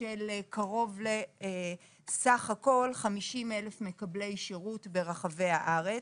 של קרוב ל-50,000 מקבלי שירות ברחבי הארץ.